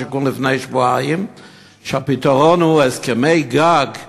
והשיכון לפני שבועיים הוא שהפתרון הוא הסכמי גג עם